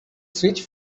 switch